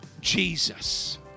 Jesus